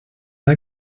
are